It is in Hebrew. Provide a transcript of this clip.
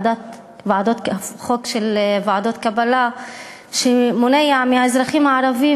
חוק של ועדות קבלה שמונע מהאזרחים הערבים